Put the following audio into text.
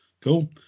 Cool